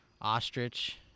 ostrich